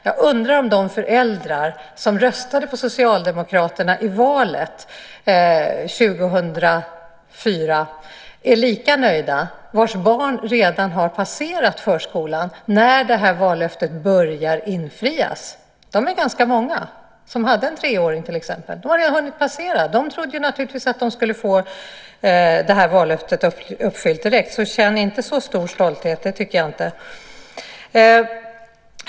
Jag undrar om de föräldrar som röstade på Socialdemokraterna i valet 2002 och vars barn redan passerat förskolan när detta vallöfte börjar infrias är lika nöjda. De är ganska många. För dem som då hade till exempel en treåring har detta redan hunnit passera. De trodde naturligtvis att de skulle få det här vallöftet uppfyllt direkt. Jag tycker alltså inte att statsrådet ska känna så stor stolthet.